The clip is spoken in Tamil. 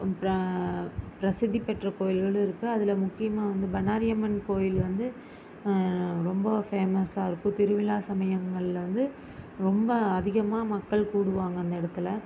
பிரசித்திப் பெற்ற கோயில்களும் இருக்குது அதியோ முக்கியமாக வந்து பண்ணாரி அம்மன் கோயில் வந்து ரொம்ப ஃபேமஸாக இருக்குது திருவிழா சமயங்களில் வந்து ரொம்ப அதிகமாக மக்கள் கூடுவாங்க அந்த இடத்துல